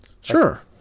Sure